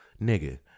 nigga